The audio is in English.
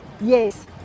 yes